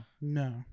no